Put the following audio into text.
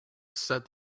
set